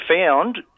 found